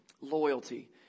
Loyalty